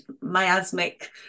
miasmic